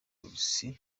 polisi